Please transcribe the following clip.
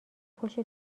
پشت